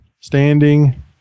standing